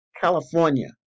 california